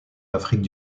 afrique